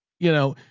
you know,